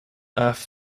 earth